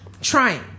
trying